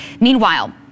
Meanwhile